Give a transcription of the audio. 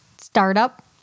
startup